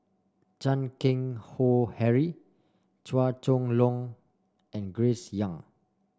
Chan Keng Howe Harry Chua Chong Long and Grace Young